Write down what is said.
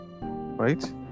right